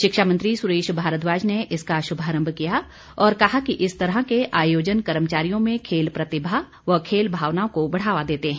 शिक्षा मंत्री सुरेश भारद्वाज ने इसका शुभारंभ किया और कहा कि इस तरह के आयोजन कर्मचारियों में खेल प्रतिभा व खेल भावना को बढ़ावा देते है